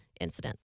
incident